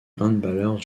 handballeur